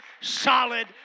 solid